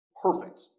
perfect